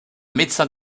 médecin